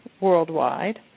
worldwide